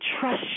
trust